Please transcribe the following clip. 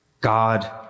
God